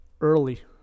early